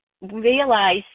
realize